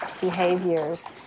behaviors